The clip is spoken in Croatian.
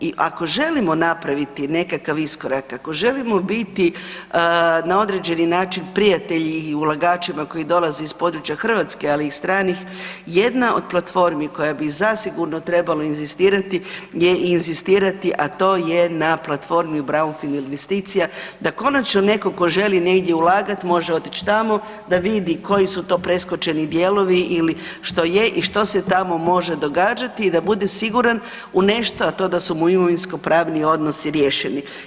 I ako želimo napraviti nekakav iskorak, ako želimo biti na određeni način prijatelji i ulagačima koji dolaze iz područja Hrvatske, ali i stranih, jedna od platformi koja bi zasigurno trebalo inzistirati je i inzistirati, a to je na platformi brownfield investicija da konačno neko ko želi negdje ulagat može otić tamo da vidi koji su to preskočeni dijelovi ili što je i što se tamo može događati i da bude siguran u nešto, a to da su mu imovinsko-pravni odnosi riješeni.